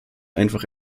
einfach